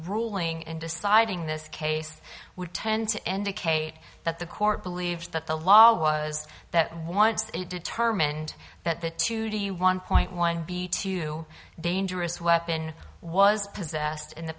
ruling in deciding this case would tend to indicate that the court believed that the law was that once they determined that the two to you one point one be too dangerous weapon was possessed in the